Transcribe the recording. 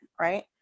right